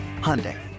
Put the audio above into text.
Hyundai